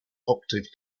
octave